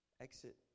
Exit